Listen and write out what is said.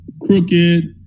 crooked